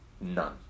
None